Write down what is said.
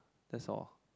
that's all